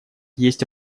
есть